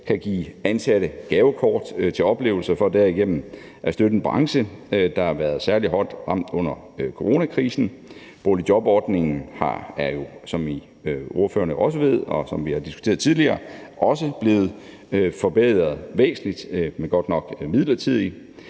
kan give ansatte gavekort til oplevelser for derigennem at støtte en branche, der har været særlig hårdt ramt under coronakrisen. Boligjobordningen er jo, som ordførerne også ved, og som vi har diskuteret tidligere, også blevet forbedret væsentligt, men godt nok midlertidigt.